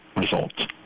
results